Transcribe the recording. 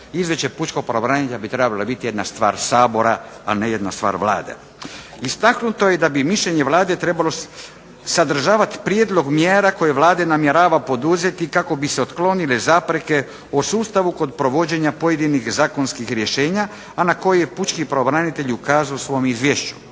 Izvješće pučkog pravobranitelja bi trebala biti jedna stvar Sabora, a ne jedna stvar Vlade. Istaknuto je da bi mišljenje Vlade trebalo sadržavati prijedlog mjera koje Vlada namjerava poduzeti kako bi se otklonile zapreke o sustavu kod provođenja pojedinih zakonskih rješenja, a na koje je pučki pravobranitelj ukazao u svom izvješću.